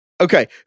Okay